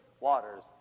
waters